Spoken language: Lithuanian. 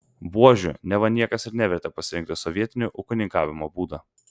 buožių neva niekas ir nevertė pasirinkti sovietini ūkininkavimo būdą